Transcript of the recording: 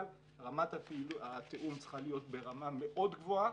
רמת התיאום צריכה להיות ברמה מאוד גבוהה